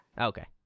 Okay